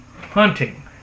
hunting